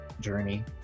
journey